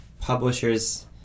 publisher's